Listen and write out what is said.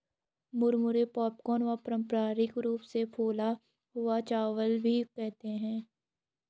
मुरमुरे पॉपकॉर्न व पारम्परिक रूप से फूला हुआ चावल भी कहते है